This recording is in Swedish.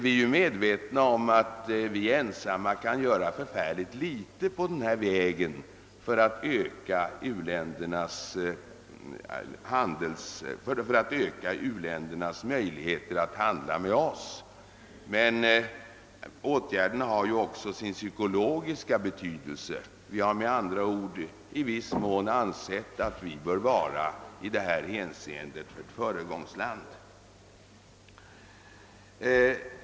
Vi är medvetna om att vi ensamma kan göra mycket litet på denna väg för att öka u-ländernas möjligheter att handla med oss, men åtgärderna har också sin psykologiska betydelse. Vi har, med andra ord, i viss mån ansett att vi i detta hänseende bör vara ett föregångsland.